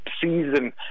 season